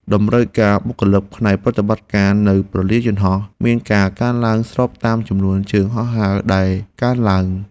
តម្រូវការបុគ្គលិកផ្នែកប្រតិបត្តិការនៅព្រលានយន្តហោះមានការកើនឡើងស្របតាមចំនួនជើងហោះហើរដែលកើនឡើង។